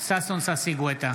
ששון ששי גואטה,